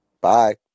Bye